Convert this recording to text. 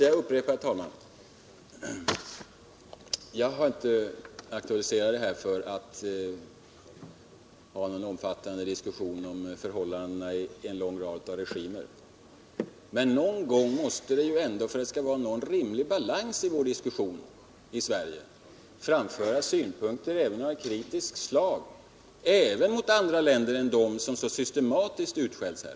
Jag upprepar, herr talman: Jag har inte aktualiserat detta för att ha någon vecklingsbanken omfattande diskussion om förhållandena i en lång rad regimer. Men någon gång måste det ju ändå, för att det skall vara någon rimlig balans i vår diskussion i Sverige, framföras synpunkter också av kritiskt slag, även mot andra länder än dem som så att säga systematiskt utskälls här.